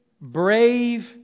brave